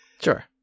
Sure